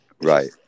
Right